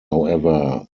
however